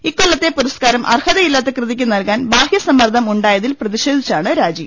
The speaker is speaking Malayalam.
ഇക്കൊല്ലത്തെ പുർസ്കാരം അർഹതയില്ലാത്ത കൃതിക്ക് നൽകാൻ ബാഹ്യ സമ്മർദ്ധം ഉണ്ടായതിൽ പ്രതി ഷേധിച്ചാണ് രാജി